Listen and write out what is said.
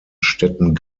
städten